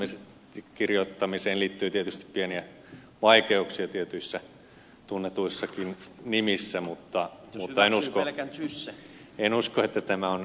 nimen kirjoittamiseen liittyy tietysti pieniä vaikeuksia tietyissä tunnetuissakin nimissä mutta niitä en usko että syystä en usko että tämä on ylitsepääsemätön ongelma